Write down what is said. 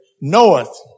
knoweth